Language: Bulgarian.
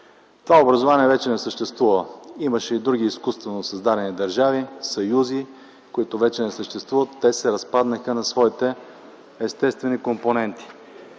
Югославия. То вече не съществува. Имаше и други изкуствено създадени държави и съюзи, които вече не съществуват, те се разпаднаха на своите естествени компоненти.